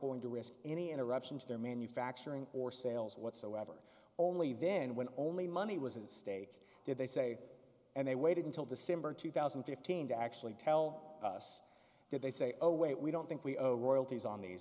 going to risk any interruption to their manufacturing or sales whatsoever only then when only money was at stake did they say and they waited until december two thousand and fifteen to actually tell us did they say oh wait we don't think we owe royalties on these